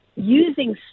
using